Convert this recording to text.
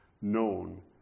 known